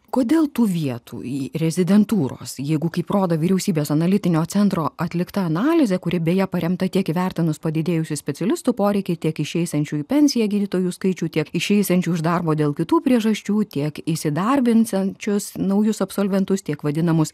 kodėl tų vietų į rezidentūros jeigu kaip rodo vyriausybės analitinio centro atlikta analizė kuri beje paremta tiek įvertinus padidėjusį specialistų poreikį tiek išeisiančių į pensiją gydytojų skaičių tiek išeisiančių iš darbo dėl kitų priežasčių tiek įsidarbinsiančius naujus absolventus tiek vadinamus